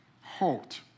halt